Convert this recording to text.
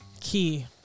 Key